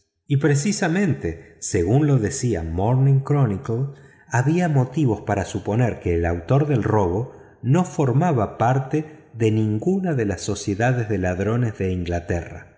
y precisamente según lo decía morning chronicle había motivos para suponer que el autor del robo no formaba parte de ninguna de las sociedades de ladrones de inglaterra